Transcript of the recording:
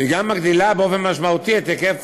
וגם מגדילה באופן משמעותי את היקף